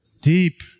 Deep